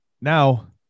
Now